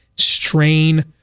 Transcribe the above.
strain